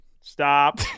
Stop